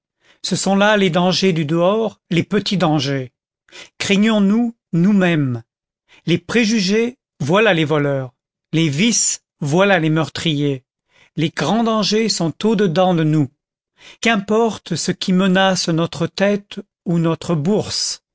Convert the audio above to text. ce sont là les dangers du dehors les petits dangers craignons-nous nous-mêmes les préjugés voilà les voleurs les vices voilà les meurtriers les grands dangers sont au dedans de nous qu'importe ce qui menace notre tête ou notre bourse